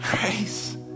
grace